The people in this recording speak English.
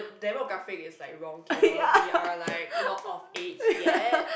demographic is like wrong here we are like not of age yet